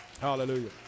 hallelujah